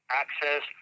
access